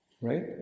right